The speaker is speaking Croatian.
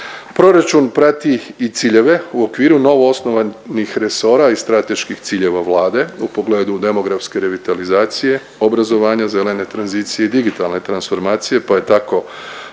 Proračun prati i ciljeve u okviru novoosnovanih resora i strateških ciljeva Vlade u pogledu demografske revitalizacije, obrazovanja, zelene tranzicije i digitalne transformacije, pa je tako